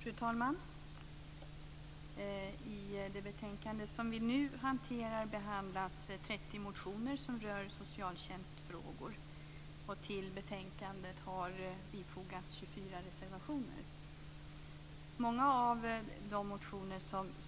Fru talman! I det betänkande som vi nu hanterar behandlas 30 motioner som rör socialtjänstfrågor, och till betänkandet har fogats 24 reservationer. Många av de motioner